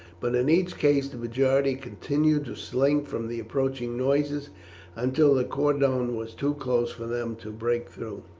but in each case the majority continued to slink from the approaching noises until the cordon was too close for them to break through.